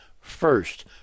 first